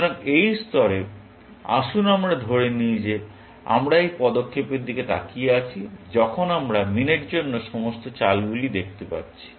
সুতরাং এই স্তরে আসুন আমরা ধরে নিই যে আমরা এই পদক্ষেপের দিকে তাকিয়ে আছি যখন আমরা মিনের জন্য সমস্ত চালগুলি দেখতে যাচ্ছি